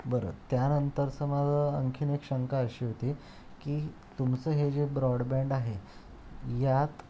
बरं त्यानंतरचं माझं आणखी एक शंका अशी होती की तुमचं हे जे ब्रॉडबँड आहे यात